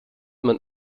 man